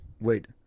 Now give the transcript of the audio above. wait